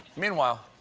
meanwhile,